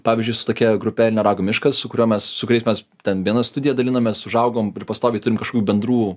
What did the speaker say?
pavyzdžiui su tokia grupe neragų miškas su kuriuo mes su kuriais mes ten vieną studiją dalinamės užaugom ir pastoviai turim kažkokių bendrų